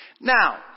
Now